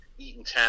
eatontown